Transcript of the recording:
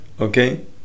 Okay